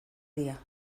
día